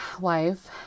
wife